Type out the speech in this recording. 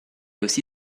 aussi